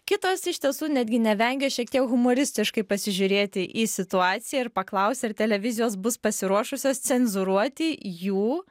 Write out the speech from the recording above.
kitos iš tiesų netgi nevengia šiek tiek humoristiškai pasižiūrėti į situaciją ir paklausti ar televizijos bus pasiruošusios cenzūruoti jų